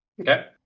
Okay